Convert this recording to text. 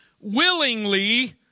willingly